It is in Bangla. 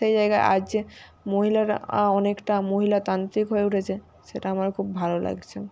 সেই জায়গায় আজ যে মহিলারা অনেকটা মহিলাতান্ত্রিক হয়ে উঠেছে সেটা আমার খুব ভালো লাগছে